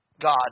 God